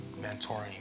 mentoring